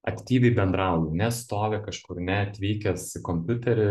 aktyviai bendrauji ne stovi kažkur ne atvykęs į kompiuterį